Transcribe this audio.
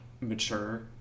mature